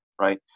right